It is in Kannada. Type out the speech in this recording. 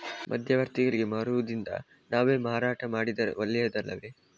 ಮಧ್ಯವರ್ತಿಗಳಿಗೆ ಮಾರುವುದಿಂದ ನಾವೇ ಮಾರಾಟ ಮಾಡಿದರೆ ಒಳ್ಳೆಯದು ಅಲ್ಲವೇ?